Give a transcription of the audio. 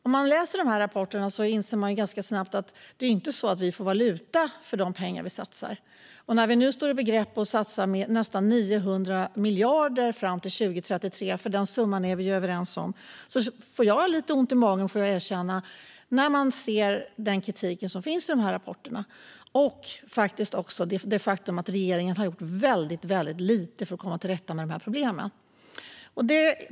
När man läser rapporterna inser man ganska snabbt att vi inte får valuta för de pengar vi satsar. Och när vi nu står i begrepp att satsa nästan 900 miljarder fram till 2033, en summa vi är överens om, måste jag erkänna att jag får lite ont i magen av Riksrevisionens kritik och över det faktum att regeringen har gjort väldigt lite för att komma till rätta med dessa problem.